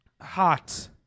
hot